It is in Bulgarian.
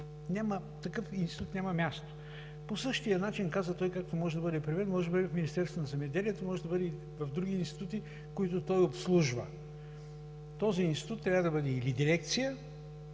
в Министерството. По същия начин, каза той, както може да бъде при мен, може да бъде в Министерството на земеделието, може да бъде и в други институции, които той обслужва. Този институт трябва да бъде или дирекция,